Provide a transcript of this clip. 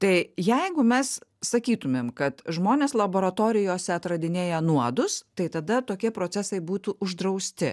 tai jeigu mes sakytumėm kad žmonės laboratorijose atradinėja nuodus tai tada tokie procesai būtų uždrausti